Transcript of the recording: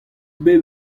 bet